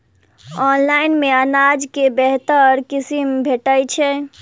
Online मे अनाज केँ बेहतर किसिम भेटय छै?